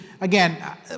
again